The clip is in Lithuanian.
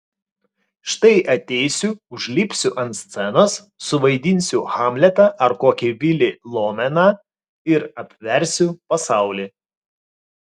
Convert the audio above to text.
štai ateisiu užlipsiu ant scenos suvaidinsiu hamletą ar kokį vilį lomeną ir apversiu pasaulį